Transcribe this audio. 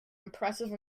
impressive